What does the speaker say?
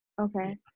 Okay